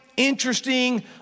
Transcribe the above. interesting